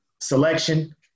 selection